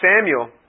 Samuel